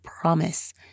promise